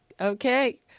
Okay